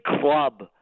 club